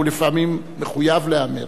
לפעמים הוא מחויב להיאמר.